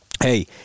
hey